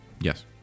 Yes